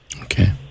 Okay